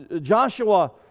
Joshua